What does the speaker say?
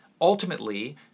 ultimately